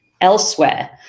elsewhere